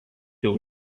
jau